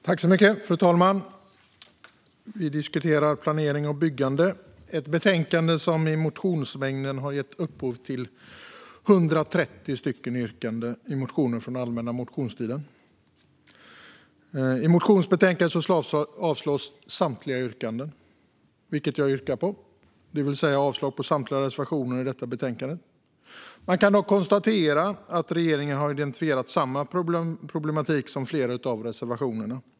Fru talman! Vi diskuterar betänkandet Planering och byggande . Det är ett betänkande där 130 yrkanden i motioner från allmänna motionstiden behandlas. I motionsbetänkandet föreslås avslag på samtliga dessa yrkanden. Det är det jag yrkar på, det vill säga jag yrkar avslag på samtliga reservationer i detta betänkande. Man kan dock konstatera att regeringen har identifierat samma problematik som tas upp i flera av reservationerna.